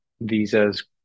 visas